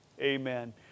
amen